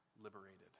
liberated